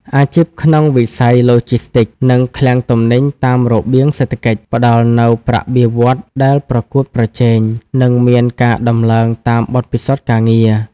អាជីពក្នុងវិស័យឡូជីស្ទីក និងឃ្លាំងទំនិញតាមរបៀងសេដ្ឋកិច្ច ផ្តល់នូវប្រាក់បៀវត្សរ៍ដែលប្រកួតប្រជែង និងមានការដំឡើងតាមបទពិសោធន៍ការងារ។